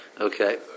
Okay